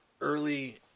early